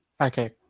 okay